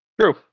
True